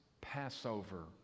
Passover